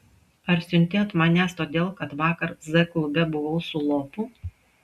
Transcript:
ar siunti ant manęs todėl kad vakar z klube buvau su lopu